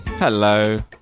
Hello